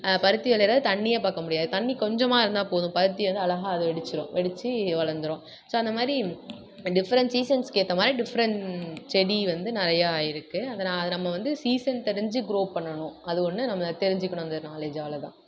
பருத்தி விளையுறதுல தண்ணியே பார்க்க முடியாது தண்ணி கொஞ்சமாக இருந்தால் போதும் பருத்தி வந்து அழகா அது வெடிச்சிடும் வெடித்து வளந்துடும் ஸோ அந்த மாதிரி டிஃப்ரெண்ட்ஸ் சீசன்ஸுக்கு ஏற்ற மாதிரி டிஃப்ரெண்ட் செடி வந்து நிறையா இருக்குது அதை நான் அதை நம்ம வந்து சீசன் தெரிஞ்சு க்ரோ பண்ணணும் அது ஒன்று நம்ம தெரிஞ்சுக்கணும் அந்த நாலேஜ் அவ்வளோ தான்